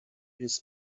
his